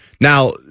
Now